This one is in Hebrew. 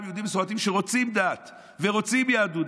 יהודים מסורתיים שרוצים דת ורוצים יהדות.